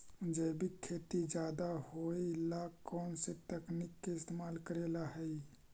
जैविक खेती ज्यादा होये ला कौन से तकनीक के इस्तेमाल करेला हई?